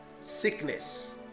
Sickness